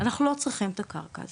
אנחנו לא צריכים את הקרקע הזו.